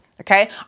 Okay